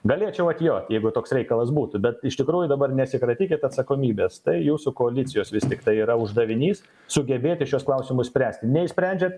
galėčiau atjot jeigu toks reikalas būtų bet iš tikrųjų dabar nesikratykit atsakomybės tai jūsų koalicijos vis tiktai yra uždavinys sugebėti šiuos klausimus spręsti neišsprendžiat